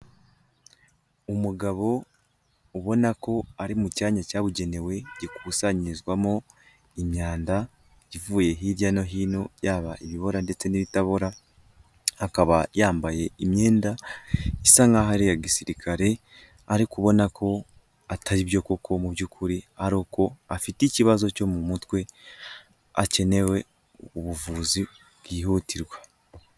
Umugabo ubona ko ari mu cyanya cyabugenewe, gikusanyirizwamo imyanda, ivuye hirya no hino, yaba ibibora ndetse n'ibitabora, akaba yambaye imyenda isa nkaho ari iya gisirikare, ariko ubona ko atari byo koko mu by'ukuri, ari uko afite ikibazo cyo mu mutwe, hakenewe ubuvuzi bwihutirwa.